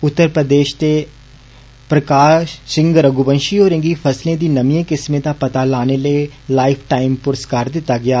उत्तर प्रदेष दे प्रकाष सिंह रघुवंषी होरें गी फसलें दी नमिएं किस्में दा पता लाने लेई लाईफ टाईम पुरस्कार दिता गेआ